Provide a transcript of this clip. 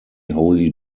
holy